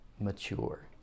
mature